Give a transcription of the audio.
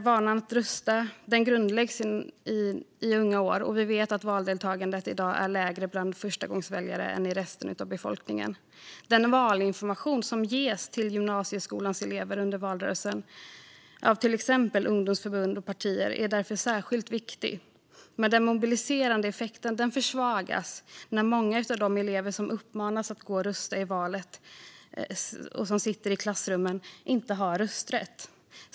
Vanan att rösta grundläggs i unga år, och vi vet att valdeltagandet i dag är lägre bland förstagångsväljare än i resten av befolkningen. Den valinformation som ges till gymnasieskolans elever under valrörelsen av till exempel ungdomsförbund och partier är därför särskilt viktig. Men den mobiliserande effekten försvagas när många av de elever som uppmanas att gå och rösta i valet och som sitter i klassrummen inte har rösträtt.